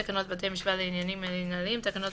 "תקנות בתי משפט לעניינים מינהליים" תקנות